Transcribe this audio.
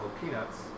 Peanuts